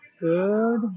good